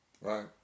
Right